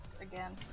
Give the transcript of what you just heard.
again